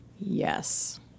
Yes